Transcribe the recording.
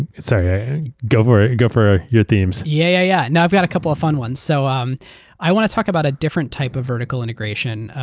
and so yeah go for ah go for your themes. yeah yeah and i've got a couple of fun ones. so um i want to talk about a different type of vertical integration